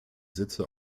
sitze